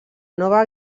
nova